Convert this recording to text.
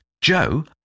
Joe